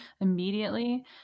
immediately